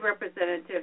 representative